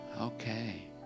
Okay